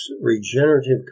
regenerative